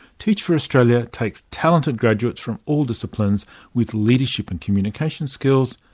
teach for australia takes talented graduates from all disciplines with leadership and communication skills,